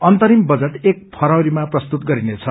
अन्तरिम बजट एक फरवरीमा प्रस्तुत गरिनेछ